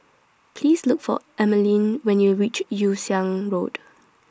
Please Look For Emeline when YOU REACH Yew Siang Road